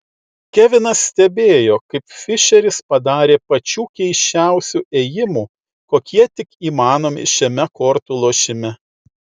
kevinas stebėjo kaip fišeris padarė pačių keisčiausių ėjimų kokie tik įmanomi šiame kortų lošime